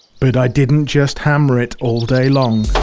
but i didn't just hammer it all day long.